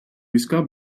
війська